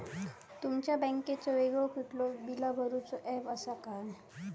तुमच्या बँकेचो वेगळो कुठलो बिला भरूचो ऍप असा काय?